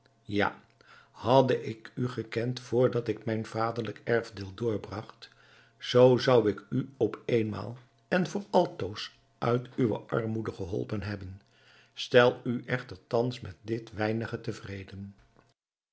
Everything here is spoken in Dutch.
ja hadde ik u gekend vr dat ik mijn vaderlijk erfdeel doorbragt zoo zou ik u op éénmaal en voor altoos uit uwe armoede geholpen hebben stel u echter thans met dit weinige tevreden